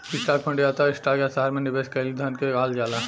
stock fund या त stock या शहर में निवेश कईल धन के कहल जाला